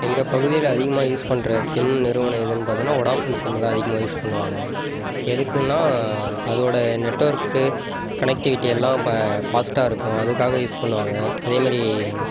எங்கள் பகுதியில் அதிகமாக யூஸ் பண்ணுற சிம் நிறுவனம் எதுன்னு பார்த்தோம்னா வோடாஃபோன் சிம் தான் அதிகமாக யூஸ் பண்ணுவாங்க எதுக்குன்னால் அதோட நெட்ஒர்க் கனெக்டிவிட்டி எல்லாம் இப்போ ஃபாஸ்ட்டாக இருக்கும் அதுக்காக யூஸ் பண்ணுவாங்க அதே மாதிரி